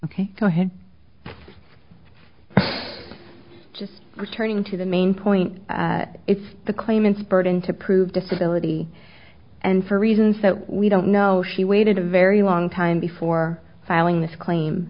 ok go ahead just returning to the main point it's the claimants burden to prove disability and for reasons that we don't know she waited a very long time before filing this claim